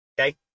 Okay